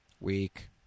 Week